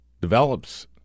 develops